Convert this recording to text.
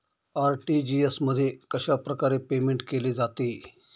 RTGS मध्ये कशाप्रकारे payment केले जाते?